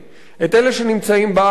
אלה שנמצאים בארץ,